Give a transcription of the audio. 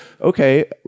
okay